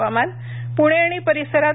हवामान पूणे आणि परिसरात